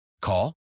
Call